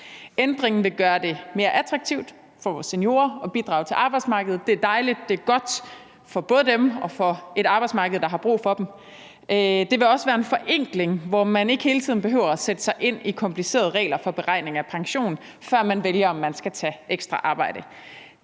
Ændringen vil gøre det mere attraktivt for vores seniorer at bidrage til arbejdsmarkedet. Det er dejligt, det er godt både for dem og for et arbejdsmarked, der har brug for dem, og det vil også være en forenkling, hvor man ikke hele tiden behøver at sætte sig ind i komplicerede regler for beregningen af pension, før man vælger, om man skal tage ekstra arbejde.